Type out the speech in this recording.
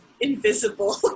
invisible